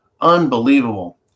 Unbelievable